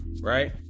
right